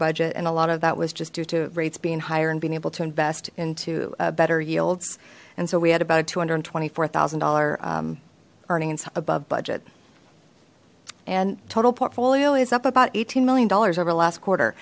budget and a lot of that was just due to rates being higher and being able to invest into better yields and so we had about two hundred twenty four thousand dollar earning above budget and total portfolio is up about eighteen million dollars over the last quarter